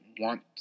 want –